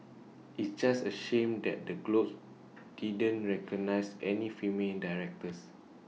it's just A shame that the Globes didn't recognise any female directors